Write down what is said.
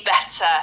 Better